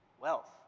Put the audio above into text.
wealth